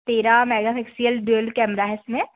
तेरह megapixel dual camera है इसमें